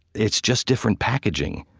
it's just different packaging